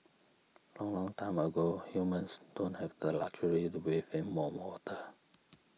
long long time ago humans don't have the luxury to bathe in warm water